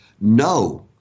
no